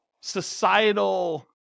societal